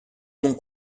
mon